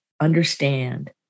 understand